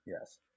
Yes